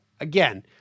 again